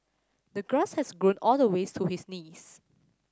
the grass had grown all the way to his knees